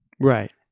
Right